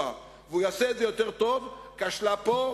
והוא יעשה את זה יותר טוב כשלה פה,